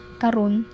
karun